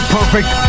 Perfect